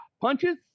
Punches